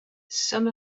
some